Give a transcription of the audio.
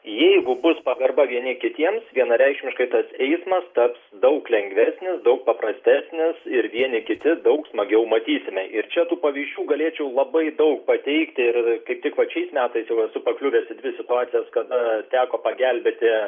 jeigu bus pagarba vieni kitiems vienareikšmiškai tas eismas taps daug lengvesnis daug paprastesnis ir vieni kiti daug smagiau matysime ir čia tų pavyzdžių galėčiau labai daug pateikti ir kaip tik vat šiais metais jau esu pakliuvęs į dvi situacijas kada teko pagelbėti